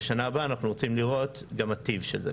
ושנה הבאה אנחנו רוצים לראות גם הטיב של זה.